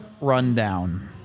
rundown